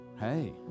hey